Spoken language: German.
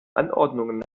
anordnungen